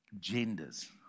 genders